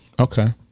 Okay